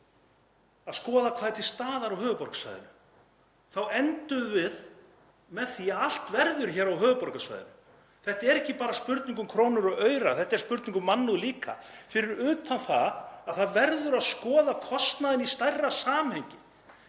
að skoða hvað er til staðar á höfuðborgarsvæðinu þá endum við með því að allt verður hér á höfuðborgarsvæðinu. Þetta er ekki bara spurning um krónur og aura. Þetta er spurning um mannúð líka, fyrir utan að það verður að skoða kostnaðinn í stærra samhengi.